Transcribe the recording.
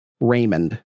Raymond